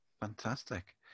Fantastic